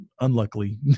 unluckily